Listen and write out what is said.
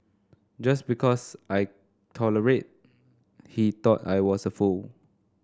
just because I tolerated he thought I was a fool